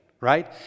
right